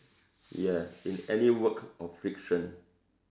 ya in any work of fiction